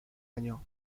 año